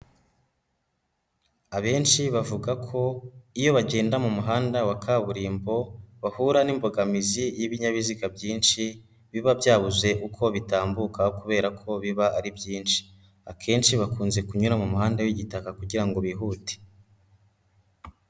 Abenshi bavuga ko iyo bagenda mu muhanda wa kaburimbo, bahura n'imbogamizi y'ibinyabiziga byinshi, biba byabuze uko bitambuka kubera ko biba ari byinshi, akenshi bakunze kunyura mu muhanda w'igitaka kugira ngo bihute.